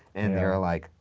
and they were like,